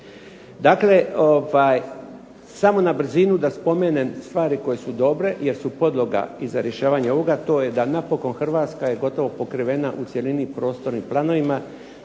Dakle, samo na brzinu da spomenem stvari koje su dobre jer su podloga i za rješavanje ovoga. To je da napokon Hrvatska je gotovo pokrivena u cjelini prostornim planovima,